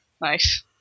nice